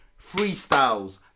freestyles